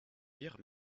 dire